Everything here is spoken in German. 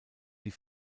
die